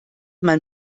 man